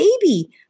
baby